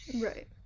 right